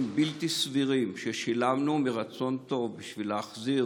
בלתי סבירים ששילמנו מרצון טוב בשביל להחזיר